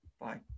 bye